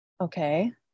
Okay